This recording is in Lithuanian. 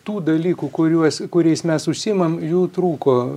tų dalykų kuriuos kuriais mes užsiimam jų trūko